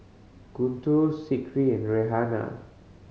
Guntur and Raihana